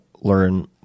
learn